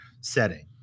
setting